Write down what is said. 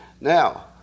Now